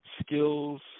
skills